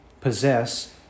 possess